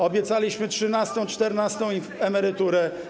Obiecaliśmy trzynastą i czternastą emeryturę.